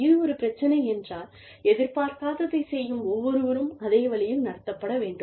இது ஒரு பிரச்சினை என்றால் எதிர்பார்க்காததைச் செய்யும் ஒவ்வொருவரும் அதே வழியில் நடத்தப்பட வேண்டும்